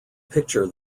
picture